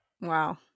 Wow